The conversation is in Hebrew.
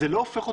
אנחנו אומרים,